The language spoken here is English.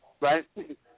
right